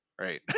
Right